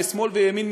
משמאל ומימין,